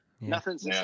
nothing's